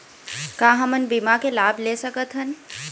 का हमन बीमा के लाभ ले सकथन?